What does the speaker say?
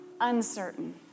uncertain